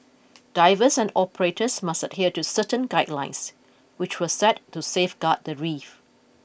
divers and operators must adhere to certain guidelines which were set to safeguard the reef